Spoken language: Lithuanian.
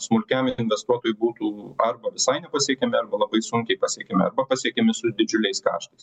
smulkiam investuotojui būtų arba visai nepasiekiami arba labai sunkiai pasiekiami arba pasiekiami su didžiuliais kraštas